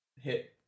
hit